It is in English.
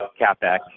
CapEx